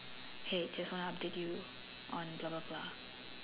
hey just wanna update you on blah blah blah